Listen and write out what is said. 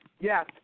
Yes